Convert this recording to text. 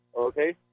okay